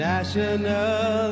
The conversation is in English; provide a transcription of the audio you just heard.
National